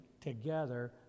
together